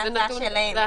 זאת הייתה ההצעה.